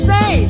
Say